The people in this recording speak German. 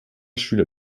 schüler